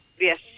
yes